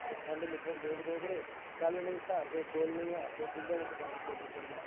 ते खंड मिट्ठे लोक डोगरे गल्ल नेईं स्हारदे बोल नेईं हारदे दिंदे न जवाब तोल्ली तोल्ली